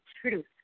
truth